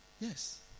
Yes